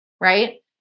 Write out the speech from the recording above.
right